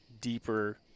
deeper